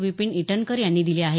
विपिन ईटनकर यांनी दिले आहेत